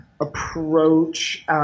approach